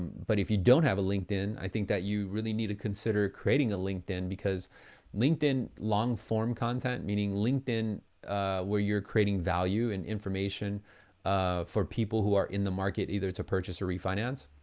but if you don't have a linkedin, i think that you really need to consider creating a linkedin because linkedin long form content, meaning linkedin where you're creating value and information um for people who are in the market either to purchase or refinance,